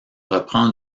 reprend